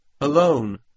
alone